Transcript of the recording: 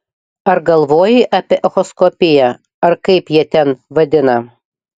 ar galvojai apie echoskopiją ar kaip jie ten vadina